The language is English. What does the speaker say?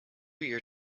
year